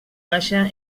baixa